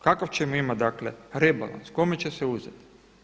Kakav ćemo imati dakle rebalans, kome će se uzeti?